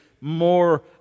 more